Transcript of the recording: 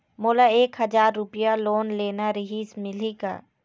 मोला एक हजार रुपया लोन लेना रीहिस, मिलही का?